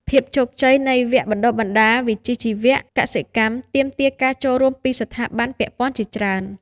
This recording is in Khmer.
ភាពជោគជ័យនៃវគ្គបណ្តុះបណ្តាលវិជ្ជាជីវៈកសិកម្មទាមទារការចូលរួមពីស្ថាប័នពាក់ព័ន្ធជាច្រើន។